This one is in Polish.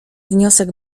wniosek